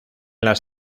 las